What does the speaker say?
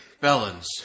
felons